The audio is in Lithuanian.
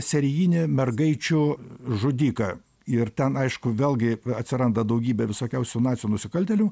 serijinį mergaičių žudiką ir ten aišku vėlgi atsiranda daugybė visokiausių nacių nusikaltėlių